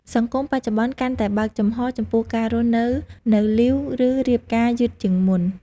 សង្គមបច្ចុប្បន្នកាន់តែបើកចំហរចំពោះការរស់នៅនៅលីវ ឬរៀបការយឺតជាងមុន។